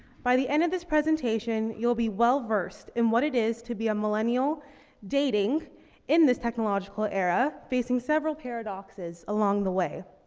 by the end of this presentation, you'll be well versed in what it is to be a millennial dating in this technological era, facing several paradoxes along the way.